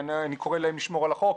אני קורא להם לשמור על החוק,